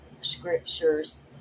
scriptures